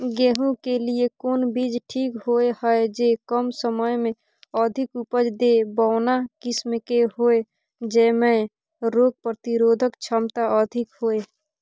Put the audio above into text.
गेहूं के लिए कोन बीज ठीक होय हय, जे कम समय मे अधिक उपज दे, बौना किस्म के होय, जैमे रोग प्रतिरोधक क्षमता अधिक होय?